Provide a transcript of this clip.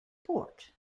port